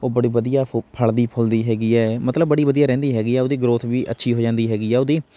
ਉਹ ਬੜੀ ਵਧੀਆ ਫੁ ਫਲ਼ਦੀ ਫੁੱਲਦੀ ਹੈਗੀ ਹੈ ਮਤਲਬ ਬੜੀ ਵਧੀਆ ਰਹਿੰਦੀ ਹੈਗੀ ਆ ਉਹਦੀ ਗਰੋਥ ਵੀ ਅੱਛੀ ਹੋ ਜਾਂਦੀ ਹੈਗੀ ਆ ਉਹਦੀ